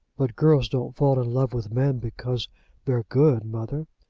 but girls don't fall in love with men because they're good, mother.